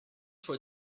for